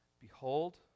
behold